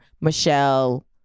Michelle